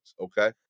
okay